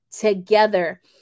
together